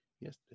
yesterday